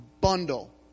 bundle